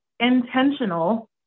Intentional